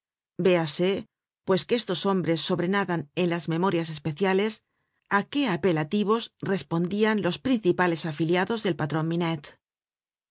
véase pues que estos nombres sobrenadan en las memorias especiales á qué apelativos respondian los principales afiliados del patron minette